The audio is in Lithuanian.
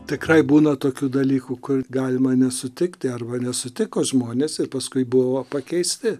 tikrai būna tokių dalykų kur galima nesutikti arba nesutiko žmonės ir paskui buvo pakeisti